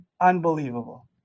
Unbelievable